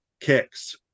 kicks